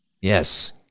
Yes